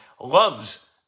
loves